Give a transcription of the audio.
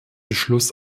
beschluss